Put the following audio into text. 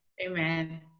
Amen